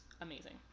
amazing